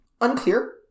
Unclear